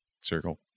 circle